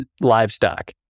livestock